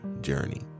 journey